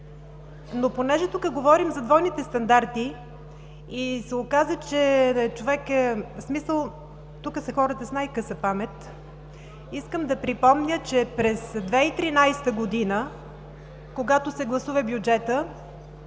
Понеже тук говорим за двойните стандарти и се оказа, че тук са хората с най-къса памет, искам да припомня, че през 2013 г., когато се гласува бюджетът,